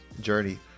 journey